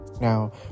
Now